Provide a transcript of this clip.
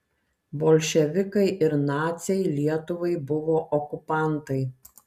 bolševikai ir naciai lietuvai buvo okupantai